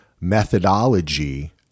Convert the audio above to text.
methodology